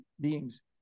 beings